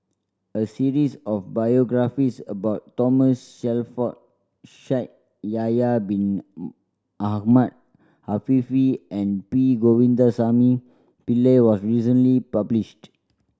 a series of biographies about Thomas Shelford Shaikh Yahya Bin Ahmed Afifi and P Govindasamy Pillai was recently published